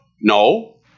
No